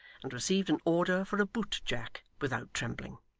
and received an order for a boot-jack without trembling.